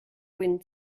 wind